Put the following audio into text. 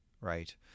Right